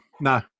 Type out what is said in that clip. No